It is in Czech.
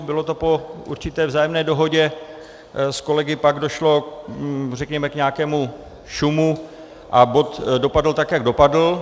Bylo to po určité vzájemné dohodě, s kolegy pak došlo řekněme k nějakému šumu a bod dopadl tak, jak dopadl.